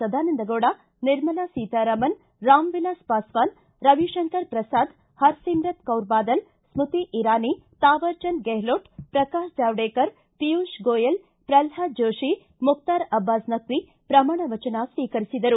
ಸದಾನಂದಗೌಡ ನಿರ್ಮಲಾ ಸೀತಾರಾಮನ್ ರಾಮವಿಲಾಸ್ ಪಾಸ್ವಾನ್ ರವಿಶಂಕರ ಪ್ರಸಾದ್ ಹರಸಿವುತ ಕೌರ ಬಾದಲ್ ಸೃತಿ ಇರಾನಿ ಥಾವರ್ ಚಂದ ಗೆಹ್ಲೋಟ್ ಪ್ರಕಾಶ್ ಜಾವಡೇಕರ್ ಪಿಯೂಷ್ ಗೋಯಲ್ ಪ್ರಲ್ವಾದ ಜೋಶಿ ಮುಕ್ತಾರ ಅಬ್ಬಾಸ್ ನಕ್ಷಿ ಪ್ರಮಾಣ ವಚನ ಸ್ವೀಕರಿಸಿದರು